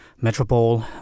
metropole